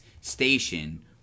station